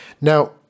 Now